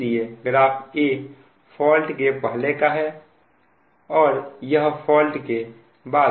इसलिए graph A fault के पहले का है और यह फॉल्ट के बाद का है